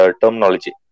terminology